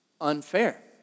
Unfair